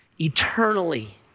eternally